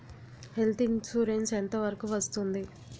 Health insurance ఎంత వరకు వస్తుంది?